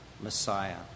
Messiah